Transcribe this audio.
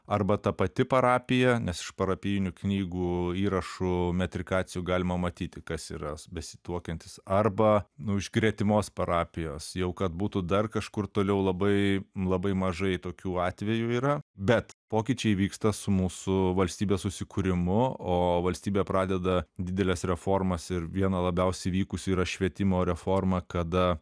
arba ta pati parapija nes iš parapijinių knygų įrašų metrikacijų galima matyti kas yra besituokiantis arba nu iš gretimos parapijos jau kad būtų dar kažkur toliau labai labai mažai tokių atvejų yra bet pokyčiai įvyksta su mūsų valstybės susikūrimu o valstybė pradeda dideles reformas ir viena labiausiai vykusių yra švietimo reforma kada